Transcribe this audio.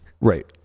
right